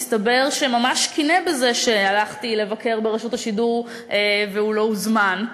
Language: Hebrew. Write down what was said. הסתבר שממש קינא בזה שהלכתי לבקר ברשות השידור והוא לא הוזמן.